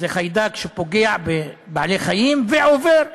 זה חיידק שפוגע בבעלי-חיים ועובר לבני-אדם.